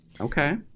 Okay